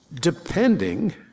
depending